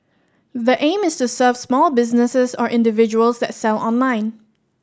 the aim is to serve small businesses or individuals that sell online